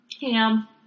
Ham